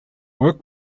work